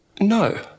No